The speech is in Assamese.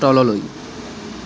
তললৈ